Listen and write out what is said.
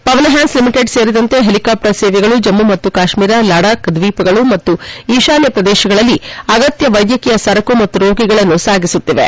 Pavan Hans limited ಸೇರಿದಂತೆ helicopter ಸೇವೆಗಳು ಜಮ್ಮು ಮತ್ತು ಕಾಶ್ಮೀರ ಲಡಾಖ್ ದ್ವೀಪಗಳು ಮತ್ತು ಈಶಾನ್ಯ ಪ್ರದೇಶದಲ್ಲಿ ಅಗತ್ಯ ವೈದ್ಯಕೀಯ ಸರಕು ಮತ್ತು ರೋಗಿಗಳನ್ನು ಸಾಗಿಸುತ್ತಿವೆ